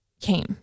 came